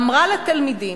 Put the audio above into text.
אמרה לתלמידים: